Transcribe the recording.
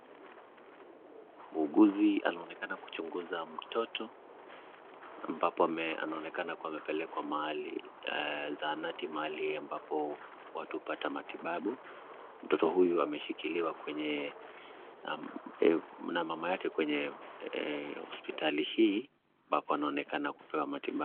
Muuguzi anaonekana kuchunguza mtoto amabapo anaonekana kuwa amepelekwa zahanati mahali ambapo watu hupata matibabu. Mtoto huyu ameshikiliwa na mama yake kwenye hospitali hii ambapo anaonekana kupewa matibabu.